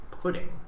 Pudding